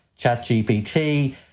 ChatGPT